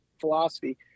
philosophy